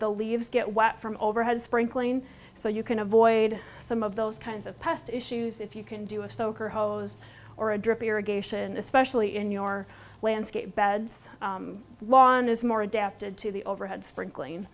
the leaves get wet from overhead sprinkling so you can avoid some of those kinds of pest issues if you can do a stoker hose or a drip irrigation especially in your landscape beds lawn is more adapted to the overhead sprinkling